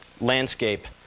landscape